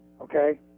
Okay